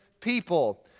people